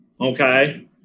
okay